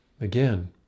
Again